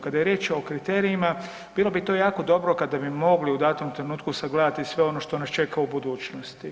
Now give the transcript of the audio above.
Kada je riječ o kriterijima, bilo bi to jako dobro kada bi mogli u datom trenutku sagledati sve ono što nas čeka u budućnosti.